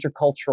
Intercultural